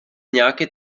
nějaké